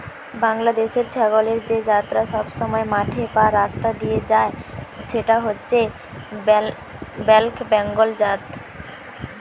বাংলাদেশের ছাগলের যে জাতটা সবসময় মাঠে বা রাস্তা দিয়ে যায় সেটা হচ্ছে ব্ল্যাক বেঙ্গল জাত